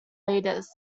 leaders